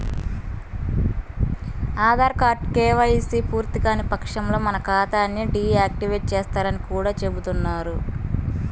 ఆధార్ కార్డుతో కేవైసీ పూర్తికాని పక్షంలో మన ఖాతా ని డీ యాక్టివేట్ చేస్తారని కూడా చెబుతున్నారు